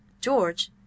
George